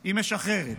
היא משחררת,